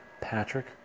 Patrick